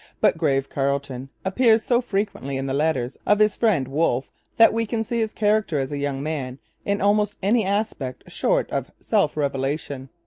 but grave carleton appears so frequently in the letters of his friend wolfe that we can see his character as a young man in almost any aspect short of self-revelation.